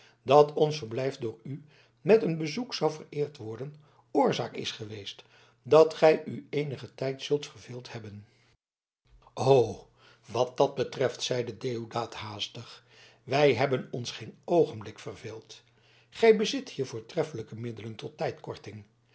dat ons verblijf door u met een bezoek zou vereerd worden oorzaak is geweest dat gij u eenigen tijd zult verveeld hebben o wat dat betreft zeide deodaat haastig wij hebben ons geen oogenblik verveeld gij bezit hier voortreffelijke middelen tot